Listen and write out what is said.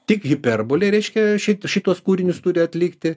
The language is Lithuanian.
tik hiperbolė reiškia ši šituos kūrinius turi atlikti